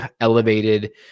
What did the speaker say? elevated